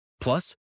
Plus